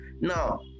Now